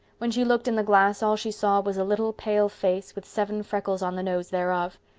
when she looked in the glass all she saw was a little pale face with seven freckles on the nose thereof.